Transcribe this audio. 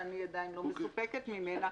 שאני עדיין לא מסופקת ממנה,